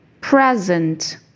Present